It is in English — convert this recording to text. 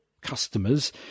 customers